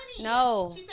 no